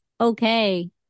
okay